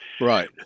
Right